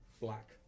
black